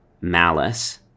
malice